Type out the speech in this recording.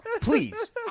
Please